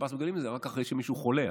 בשב"ס מגלים זה רק אחרי שמישהו חולה.